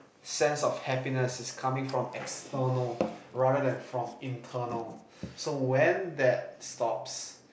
sense of happiness is coming from external rather than from internal so when that stops